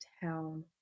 Town